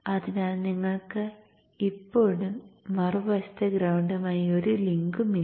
അതിനാൽ നിങ്ങൾക്ക് ഇപ്പോഴും മറുവശത്തെ ഗ്രൌണ്ടുമായി ഒരു ലിങ്കും ഇല്ല